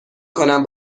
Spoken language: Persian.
کنم